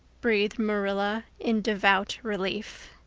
breathed marilla in devout relief.